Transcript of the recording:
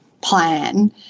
plan